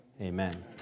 Amen